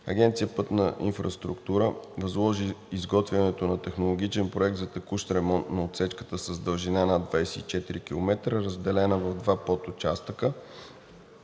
Агенция „Пътна инфраструктура“ възложи изготвянето на технологичен проект за текущ ремонт на отсечката с дължина над 24 км, разделена в два подучастъка,